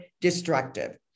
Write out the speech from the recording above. destructive